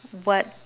what